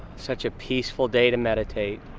such a peaceful day to meditate.